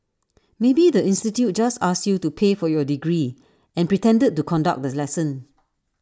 maybe the institute just asked you to pay for your degree and pretended to conduct the lesson